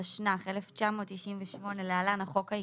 התשנ"ח 1998 (להלן החוק העיקרי),